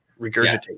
Regurgitate